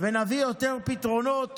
ונביא יותר פתרונות